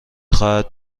خواهد